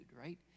right